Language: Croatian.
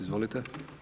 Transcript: Izvolite!